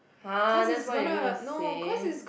!huh! that's what you're gonna say